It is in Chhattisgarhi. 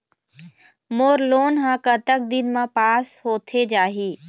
मोर लोन हा कतक दिन मा पास होथे जाही?